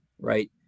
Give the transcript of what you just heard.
right